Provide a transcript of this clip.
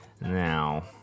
now